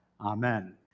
Amen